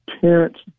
parents